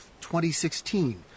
2016